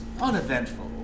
uneventful